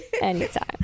anytime